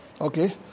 Okay